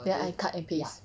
then I cut and paste